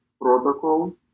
Protocol